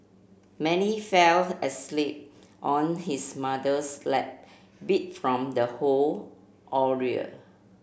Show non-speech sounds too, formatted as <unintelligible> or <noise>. Many fell asleep on his mother's lap beat from the whole <unintelligible>